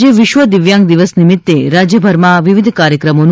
આજે વિશ્વ દિવ્યાંગ દિવસ નિમિત્તે રાજ્યભરમાં વિવિધ કાર્યક્રમોનું